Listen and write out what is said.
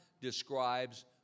describes